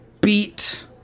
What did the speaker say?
beat